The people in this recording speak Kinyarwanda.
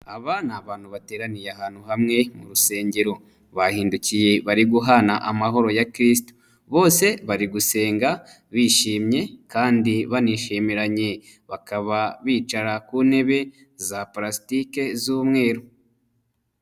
Aba ni abantu bateraniye ahantu hamwe mu rusengero, bahindukiye bari guhana amahoro ya kirisitu, bose bari gusenga bishimye kandi banishimiranye, bakaba bicara ku ntebe za purasitike z'umweru.